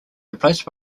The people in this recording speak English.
replaced